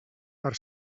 per